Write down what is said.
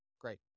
Great